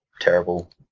terrible